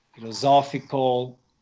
philosophical